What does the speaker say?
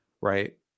right